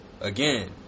again